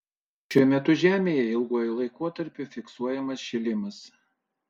šiuo metu žemėje ilguoju laikotarpiu fiksuojamas šilimas